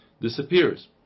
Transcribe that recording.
disappears